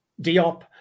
Diop